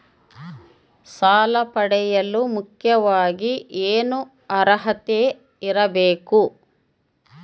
ಸಾಲ ಪಡೆಯಲು ಮುಖ್ಯವಾಗಿ ಏನು ಅರ್ಹತೆ ಇರಬೇಕು?